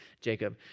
Jacob